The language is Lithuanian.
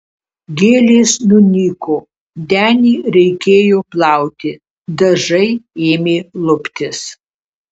gėlės nunyko denį reikėjo plauti dažai ėmė luptis